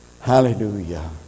Hallelujah